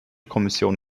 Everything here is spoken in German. kommission